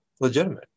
legitimate